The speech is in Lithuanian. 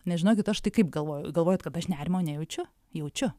nes žinokit aš tai kaip galvoju galvoju kad aš nerimo nejaučiu jaučiu